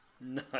No